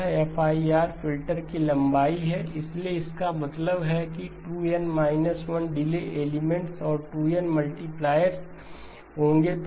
यह FIR filter की लंबाई है इसलिए इसका मतलब है कि 2N 1 डिले एलिमेंट्स और 2N मल्टीप्लायर्स होंगे